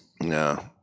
No